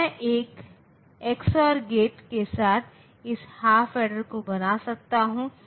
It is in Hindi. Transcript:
यह 15 कुछ नहीं परन्तु 2 का घात 4 माइनस 1 है